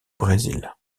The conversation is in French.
brésil